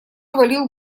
валил